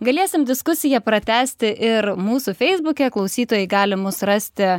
galėsim diskusiją pratęsti ir mūsų feisbuke klausytojai gali mus rasti